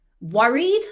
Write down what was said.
worried